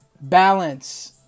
Balance